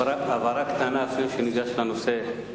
הבהרה קטנה לפני שניגש לנושא.